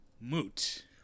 moot